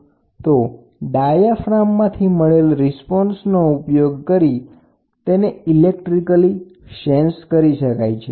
વળી ત્યાં તમે વધારે ડાયાફાર્મ પણ જોડાણ કરી શકો તો પછી ડાયાફાર્મ માંથી મળેલ રિસ્પોન્સનો ઉપયોગ કરી તેને ઈલેક્ટ્રીકલી સેન્સ કરી શકાય છે